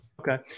Okay